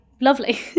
lovely